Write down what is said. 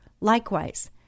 Likewise